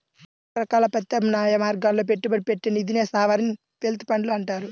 రకరకాల ప్రత్యామ్నాయ మార్గాల్లో పెట్టుబడి పెట్టే నిధినే సావరీన్ వెల్త్ ఫండ్లు అంటారు